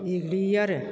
एग्लियो आरो